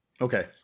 Okay